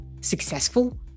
successful